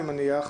אני מניח,